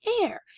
air